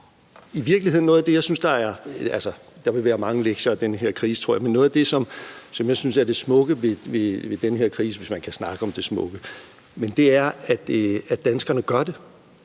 fravalg betinget af, at vi skal passe på hinanden. Der vil være mange lektier af den her krise, tror jeg, men noget af det, som jeg synes er det smukke ved den her krise – hvis man kan snakke om det smukke – er i virkeligheden, at danskerne gør det,